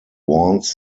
warns